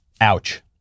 Ouch